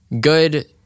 Good